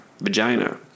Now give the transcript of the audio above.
vagina